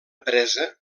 presa